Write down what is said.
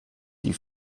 die